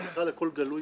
אז בכלל הכול גלוי